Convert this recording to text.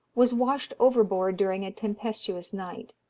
was washed overboard during a tempestuous night.